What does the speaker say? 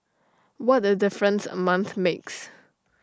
what A difference A month makes